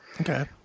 okay